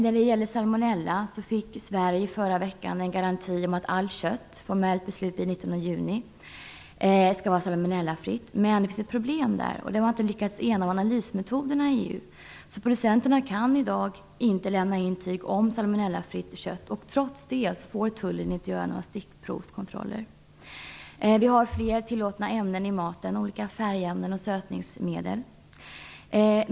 När det gäller salmonella fick Sverige i förra veckan en garanti om att allt kött, formellt beslutas det den 19 juni, är fritt från salmonella. Men det finns problem. Man har inte lyckats enas om analysmetoderna inom EU, så att producenterna i dag ännu inte kan lämna intyg om salmonellafritt kött. Trots det får tullen inte göra några stickprovskontroller. Fler tillåtna ämnen är det i maten, t.ex. färgämnen och sötningsmedel.